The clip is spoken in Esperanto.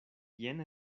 jen